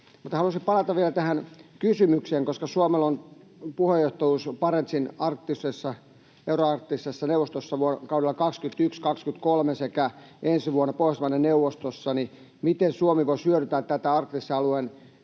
haluaisin palata vielä tähän kysymykseen, koska Suomella on puheenjohtajuus Barentsin euroarktisessa neuvostossa kaudella 21—23 sekä ensi vuonna Pohjoismaiden neuvostossa: miten Suomi voisi hyödyntää näitä arktisen alueen